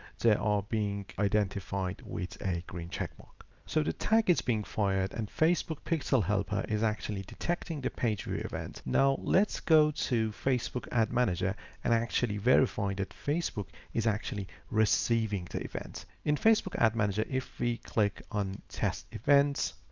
they are being identified with a green checkmark. so the tag is being fired and facebook pixel helper is actually detecting the page view event. now let's go to facebook ad manager and actually verify that facebook is actually receiving the events. in facebook ad manager, if we click on test events,